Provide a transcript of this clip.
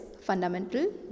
fundamental